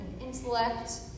intellect